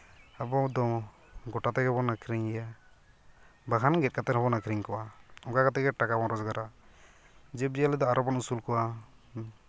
ᱟᱵᱚ ᱫᱚ ᱜᱳᱴᱟ ᱛᱮᱜᱮ ᱵᱚᱱ ᱟᱹᱠᱷᱨᱤᱧᱮᱭᱟ ᱵᱟᱠᱷᱟᱱ ᱜᱮᱫ ᱠᱟᱛᱮᱫ ᱦᱚᱸᱵᱚᱱ ᱟᱹᱠᱷᱨᱤᱧ ᱠᱚᱣᱟ ᱚᱱᱠᱟ ᱠᱟᱛᱮᱫ ᱜᱮ ᱴᱟᱠᱟ ᱵᱚᱱ ᱨᱳᱡᱽᱜᱟᱨᱟ ᱡᱤᱵᱽᱼᱡᱤᱭᱟᱹᱞᱤ ᱫᱚ ᱟᱨᱚᱵᱚᱱ ᱟᱹᱥᱩᱞ ᱠᱚᱣᱟ